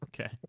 okay